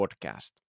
Podcast